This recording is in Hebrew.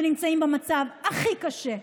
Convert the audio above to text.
שנמצאים במצב הכי קשה.